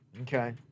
Okay